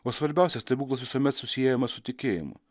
o svarbiausias stebuklas visuomet susiejamas su tikėjimu